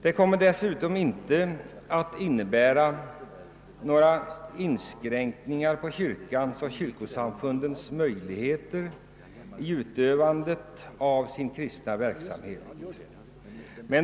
Den kommer dessutom inte att innebära några inskränkningar i kyrkans och kyrkosamfundens möjligheter att utöva sin kristna verksamhet.